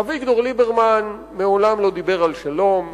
אביגדור ליברמן מעולם לא דיבר על שלום,